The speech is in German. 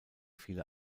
viele